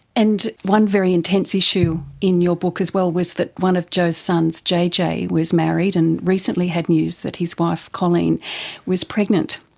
and one very intense issue in your book as well was that one of joe's sons, jj, was married and recently had news that his wife coleen was pregnant.